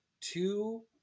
two